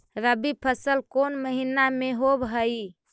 रबी फसल कोन महिना में होब हई?